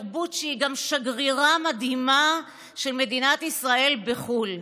תרבות שהיא גם שגרירה מדהימה של מדינת ישראל בחו"ל.